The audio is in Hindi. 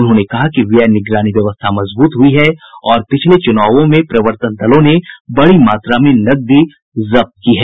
उन्होंने कहा कि व्यय निगरानी व्यवस्था मजबूत हुई है और पिछले चुनावों में प्रवर्तन दलों ने बड़ी मात्रा में नकदी जब्त की है